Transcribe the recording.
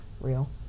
Real